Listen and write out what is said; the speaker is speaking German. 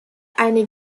eine